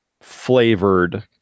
flavored